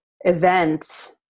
event